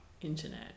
internet